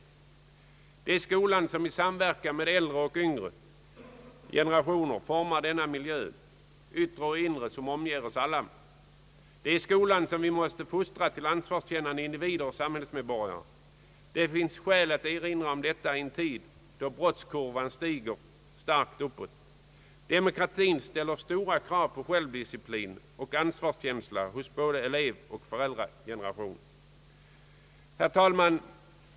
Det är skolan som i samverkan med äldre och yngre generationer formar den yttre och inre miljön för oss alla. Det är i skolan vi måste fostras till ansvarskännande individer och samhällsmedborgare. Man har skäl att erinra om detta i en tid då brottskurvan stiger starkt uppåt. Demokratin ställer stora krav på självdisciplin och ansvarskänsla hos både elevoch föräldrageneration. Herr talman!